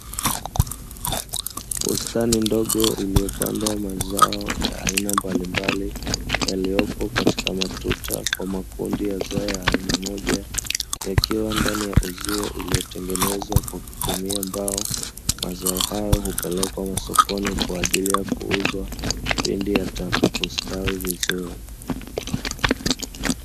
Bustani ndogo iliyopandwa mazao ya aina mbalimbali yaliyopo katika matuta kwa makundi ya zao ya aina moja yakiwa ndani ya uzio uliotengenezwa kwa kutumia mbao mazao hayo hupelekwa masokoni kwa ajili ya kuuzwa pindi yatakapostawi vizuri